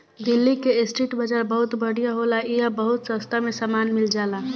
दिल्ली के स्ट्रीट बाजार बहुत बढ़िया होला इहां बहुत सास्ता में सामान मिल जाला